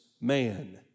man